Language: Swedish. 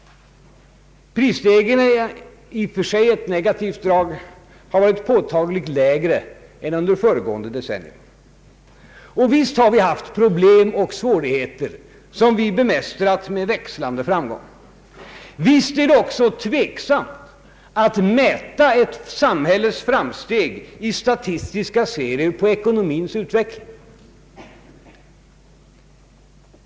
Prisstegringarna — i och för sig ett negativt drag — har varit påtagligt lägre än under föregående decennium. Visst har vi haft problem och svårigheter som vi bemästrat med växlande framgång. Visst är det också tveksamt att mäta ett samhälles framsteg i statistiska serier när det gäller ekonomins utveckling.